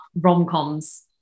rom-coms